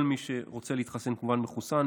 כל מי שרוצה להתחסן, כמובן מחוסן.